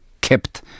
kept